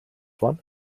one